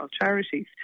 charities